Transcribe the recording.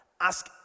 Ask